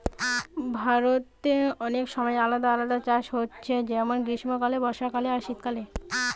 ভারতে অনেক সময় আলাদা আলাদা চাষ হচ্ছে যেমন গ্রীষ্মকালীন, বর্ষাকালীন আর শীতকালীন